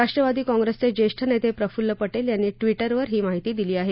राष्ट्रवादी कॉंग्रेसचे ज्येष्ठ नेते प्रफुल्ल पटेल यांनी ट्वीटरवर ही माहिती दिली आहे